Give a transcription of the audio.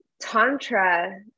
Tantra